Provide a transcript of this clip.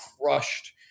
crushed